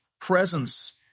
presence